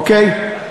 אוקיי?